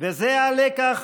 וזה הלקח